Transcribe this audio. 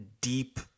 deep